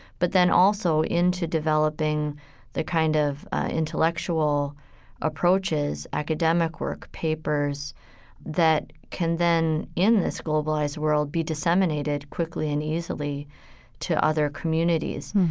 but then also, into developing the kind of intellectual approaches, academic work, papers that can then in this globalized world be disseminated quickly and easily to other communities.